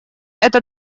это